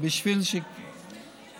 סגן השר,